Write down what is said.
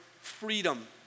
freedom